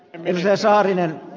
herra puhemies